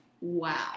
Wow